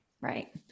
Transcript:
right